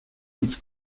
hitz